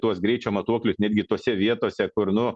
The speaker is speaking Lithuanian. tuos greičio matuoklius netgi tose vietose kur nu